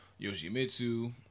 Yoshimitsu